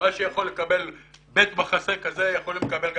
מה שיכול לקבל בית מחסה כזה יכול לקבל גם